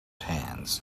hands